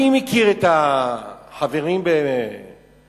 אני מכיר את החברים בקדימה,